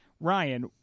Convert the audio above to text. Ryan